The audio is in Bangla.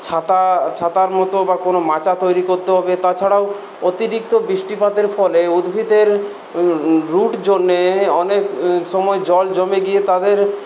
ছাতা ছাতার মতো বা কোনো মাচা তৈরি করতে হবে তাছাড়াও অতিরিক্ত বৃষ্টিপাতের ফলে উদ্ভিদের রুট জন্যে অনেক সময় জল জমে গিয়ে তাদের